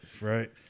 Right